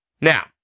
Now